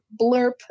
blurb